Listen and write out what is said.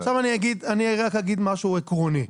אני רק אגיד משהו עקרוני.